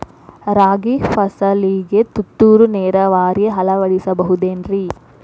ರಾಗಿ ಫಸಲಿಗೆ ತುಂತುರು ನೇರಾವರಿ ಅಳವಡಿಸಬಹುದೇನ್ರಿ?